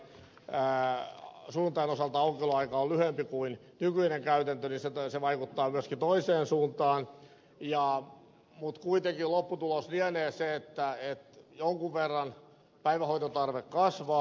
koska sunnuntain osalta aukioloaika on lyhyempi kuin nykyinen käytäntö niin se vaikuttaa myöskin toiseen suuntaan mutta kuitenkin lopputulos lienee se että jonkun verran päivähoitotarve kasvaa